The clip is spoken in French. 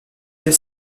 deux